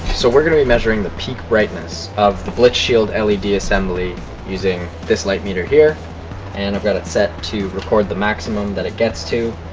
so we're gonna be measuring the peak brightness of the blitz shield led assembly using this light meter here and i've got it set to record the maximum that it gets to